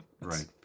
Right